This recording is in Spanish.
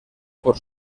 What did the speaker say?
por